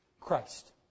Christ